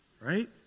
Right